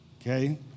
Okay